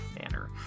manner